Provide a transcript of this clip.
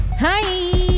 Hi